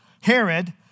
Herod